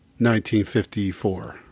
1954